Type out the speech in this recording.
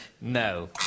No